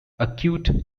acute